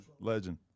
Legend